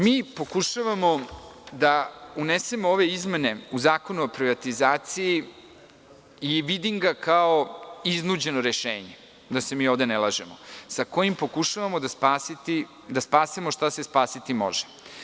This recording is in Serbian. Mi pokušavamo da unesemo ove izmene u Zakon o privatizaciji i vidim ga kao iznuđeno rešenje, da se ovde ne lažemo, sa kojim pokušavamo da spasemo šta se spasiti može.